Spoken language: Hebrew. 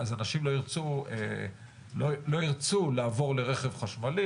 אנשים לא ירצו לעבור לרכב חשמלי,